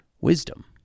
wisdom